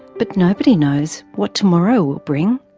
but nobody knows what tomorrow will bring.